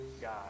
God